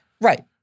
Right